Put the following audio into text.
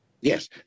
Yes